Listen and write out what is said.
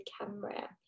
camera